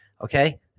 okay